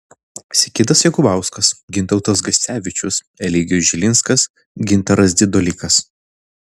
sigitas jakubauskas gintautas gascevičius eligijus žilinskas gintaras dzidolikas